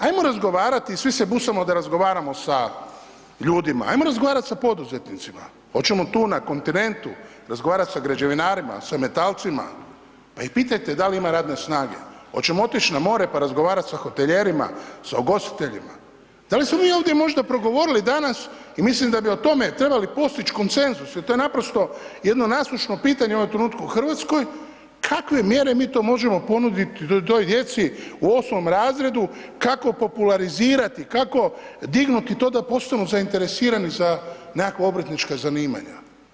Ajmo razgovarati, svi se busamo da razgovaramo sa ljudima, ajmo razgovarati sa poduzetnicima, hoćemo tu na kontinentu razgovarati sa građevinarima, sa metalcima, pa ih pitajte da li ima radne snage, hoćemo otić na more pa razgovarat sa hoteljerima, sa ugostiteljima, da li smo mi možda ovdje progovorili danas i mislim da bi o tome trebali postići koncensus jer to je naprosto jedno nadstručno pitanje u ovom trenutku u Hrvatskoj kakve mjere mi to možemo ponuditi toj djeci u 8 razredu, kako popularizirati, kako dignuti to da postanu zainteresirani za nekakva obrtnička zanimanja.